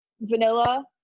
vanilla